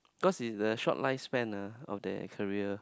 cause it's a short lifespan ah of that career